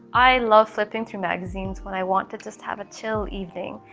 i love flipping through magazines when i want to just have a chill evening.